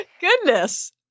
Goodness